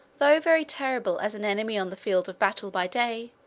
though very terrible as an enemy on the field of battle by day,